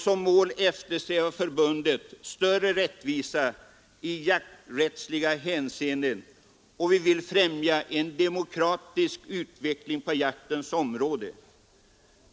Förbundet eftersträvar större rättvisa i jakträttsliga hänseenden, och vi vill främja en demokratisk utveckling på jaktens område.